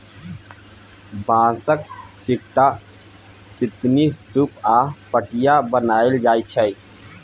बाँसक, छीट्टा, छितनी, सुप आ पटिया बनाएल जाइ छै